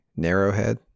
narrowhead